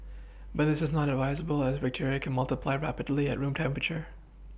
but this is not advisable as bacteria can multiply rapidly at room temperature